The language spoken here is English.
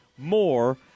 more